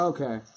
Okay